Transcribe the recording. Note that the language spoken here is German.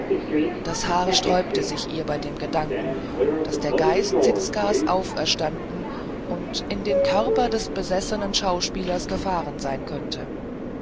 das haar sträubte sich ihr bei dem gedanken daß der geist zizkas auferstanden und in den körper des besessenen schauspielers gefahren sein könnte